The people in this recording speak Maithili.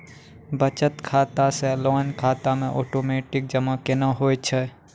बचत खाता से लोन खाता मे ओटोमेटिक जमा केना होय छै?